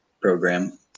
program